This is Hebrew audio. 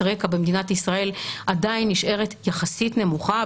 הרקע במדינת ישראל עדיין נשארת יחסית נמוכה,